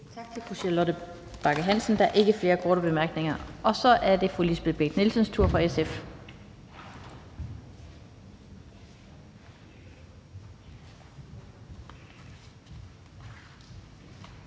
Tak til fru Charlotte Bagge Hansen. Der er ikke flere korte bemærkninger. Og så er det fru Lisbeth Bech-Nielsens tur for SF.